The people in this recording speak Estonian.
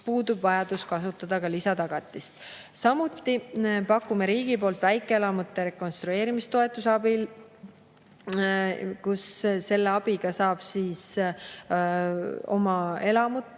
puudub vajadus kasutada lisatagatist. Samuti pakume riigi poolt väikeelamute rekonstrueerimise toetust. Selle abil saab oma elamut